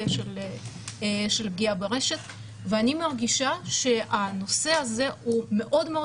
של פגיעה ברשת ואני מרגישה שהנושא הזה הוא מאוד מאוד